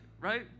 Right